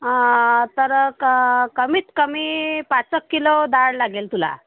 तर क कमीत कमी पाच एक किलो डाळ लागेल तुला